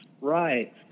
Right